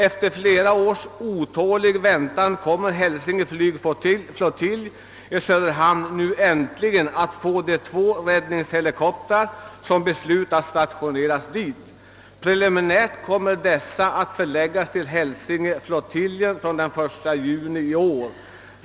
»Efter flera års otålig väntan kommer Hälsinge flygflottilj i Söderhamn nu äntligen att få de två räddningshelikoptrar som beslutats stationeras dit. Preliminärt kommer dessa att förläggas till Hälsingeflottiljen från den 1 juni i år.